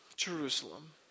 Jerusalem